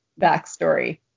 backstory